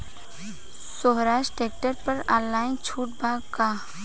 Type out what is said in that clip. सोहराज tractor पर online छूट बा का?